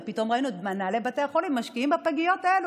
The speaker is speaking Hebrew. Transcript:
ופתאום ראינו את מנהלי בתי החולים משקיעים בפגיות האלה,